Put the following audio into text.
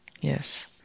Yes